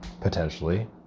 potentially